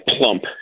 plump